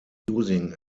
using